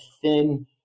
thin